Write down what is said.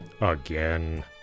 again